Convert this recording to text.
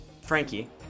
Frankie